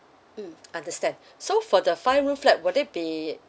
mm understand so for the five room flat would it be